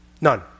None